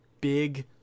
big